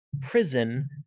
prison